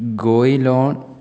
ഗോയിലോൺ